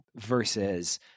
versus